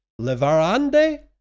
Levarande